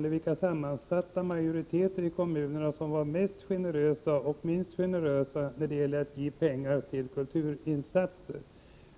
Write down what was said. vilka sammansatta majoriteter i kommunerna som var mest generösa resp. minst generösa när det gällde att ge pengar till kulturinsatser.